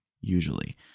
usually